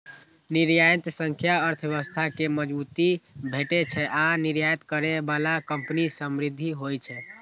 निर्यात सं अर्थव्यवस्था कें मजबूती भेटै छै आ निर्यात करै बला कंपनी समृद्ध होइ छै